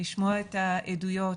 לשמוע את העדויות.